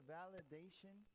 validation